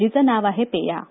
जिचं नाव आहे पेया